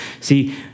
See